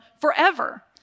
forever